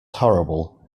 horrible